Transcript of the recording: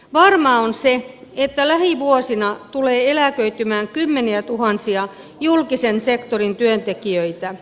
varmaa on se että lähivuosina tulee eläköitymään kymmeniätuhansia julkisen sektorin työntekijöitä